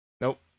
Nope